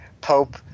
Pope